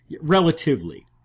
Relatively